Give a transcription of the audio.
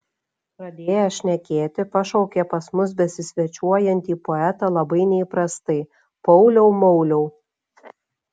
pradėjęs šnekėti pašaukė pas mus besisvečiuojantį poetą labai neįprastai pauliau mauliau